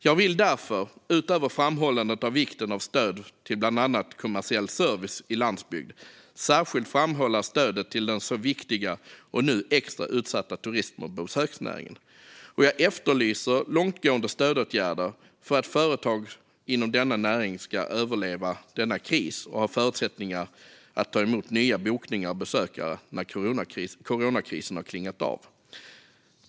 Jag vill därför, utöver framhållandet av vikten av stöd till bland annat kommersiell service i landsbygd, särskilt framhålla stödet till den så viktiga och nu extra utsatta turist och besöksnäringen. Jag efterlyser långtgående stödåtgärder för att företag inom denna näring ska överleva denna kris och ha förutsättningar att ta emot nya bokningar och besökare när coronakrisen har klingat av.